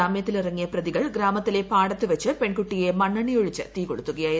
ജാമ്യത്തിലിറങ്ങിയ പ്രതികൾ ഗ്രാമത്തിലെ പാടത്ത് വച്ച് പ്പെൺകുട്ടിയെ മണ്ണെണ്ണ ഒഴിച്ച് തീകൊളുത്തുകയായിരുന്നു